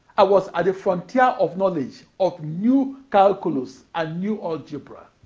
i was at the frontier of knowledge of new calculus and new algebra.